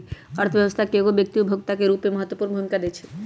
अर्थव्यवस्था में एगो व्यक्ति उपभोक्ता के रूप में महत्वपूर्ण भूमिका दैइ छइ